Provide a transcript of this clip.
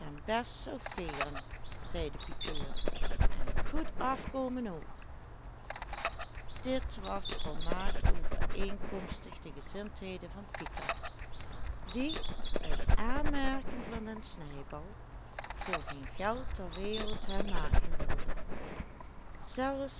best sauveeren zei de pikeur en goed afkomen ook dit was volmaakt overeenkomstig de gezindheden van pieter die uit aanmerking van den snijbal voor geen geld ter wereld hem maken wilde zelfs